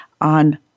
on